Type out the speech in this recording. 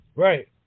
Right